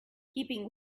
keeping